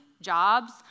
jobs